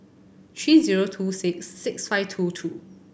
three zero two six six five two two